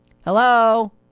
hello